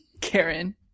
Karen